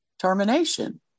termination